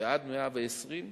ועד 120,